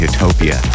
Utopia